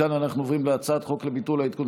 מכאן אנחנו עוברים להצעת חוק לביטול העדכון